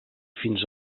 fins